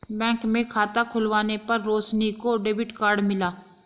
bank में खाता खुलवाने पर रोशनी को डेबिट कार्ड मिला